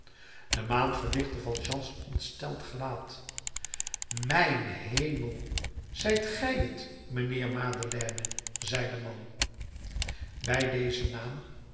de maan verlichtte valjeans ontsteld gelaat mijn hemel zijt gij t mijnheer madeleine zei de man bij dezen naam